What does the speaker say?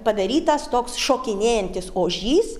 padarytas toks šokinėjantis ožys